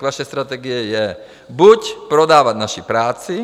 Vaše strategie je: prodávat naši práci.